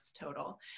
total